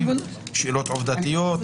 שאלות עובדתיות,